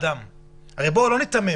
בואו לא ניתמם,